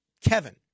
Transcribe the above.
Kevin